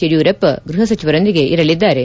ಯಡಿಯೂರಪ್ಪ ಗೃಹಸಚವರೊಂದಿಗೆ ಇರಲಿದ್ದಾರೆ